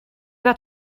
got